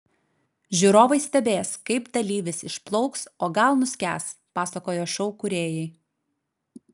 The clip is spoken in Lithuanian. žiūrovai stebės kaip dalyvis išplauks o gal nuskęs pasakoja šou kūrėjai